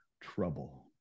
trouble